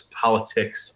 politics